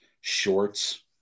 shorts